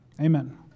Amen